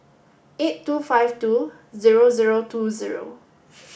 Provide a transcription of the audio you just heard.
eight two five two zero zero two zero